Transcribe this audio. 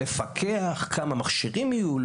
לפקח כמה מכשירים יהיו.